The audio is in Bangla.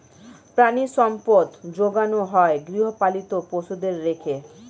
প্রাণিসম্পদ যোগানো হয় গৃহপালিত পশুদের রেখে